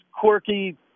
quirky